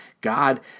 God